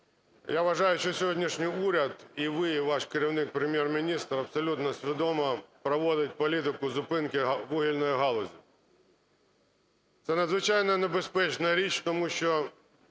Я вважаю, що сьогоднішній уряд, і ви, і ваш керівник - Прем’єр-міністр абсолютно свідомо проводить політику зупинки вугільної галузі. Це надзвичайно небезпечна річ, тому що